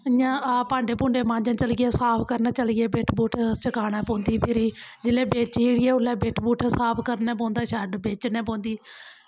इ'यां हां भांडे भूडें मांजन चली पे साफ करन चली गे बिट्ठ बुट्ठ चकाना पौंदी फिरी जिसलै बेचियै औल्लै बिट्ठ बुट्ठ साफ करना पौंदां शैड्ड बेचना पौंदी